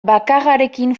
bakarrarekin